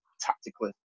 tactically